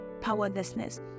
powerlessness